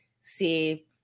see